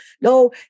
no